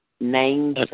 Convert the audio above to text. names